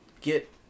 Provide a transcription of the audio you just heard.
get